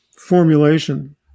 formulation